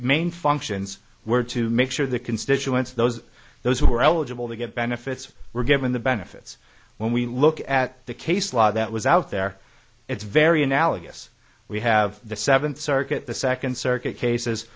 main functions were to make sure the constituents of those those who are eligible to get benefits were given the benefits when we look at the case law that was out there it's very analogous we have the seventh circuit the second circuit cases